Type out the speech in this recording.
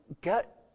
get